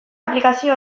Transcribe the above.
aplikazio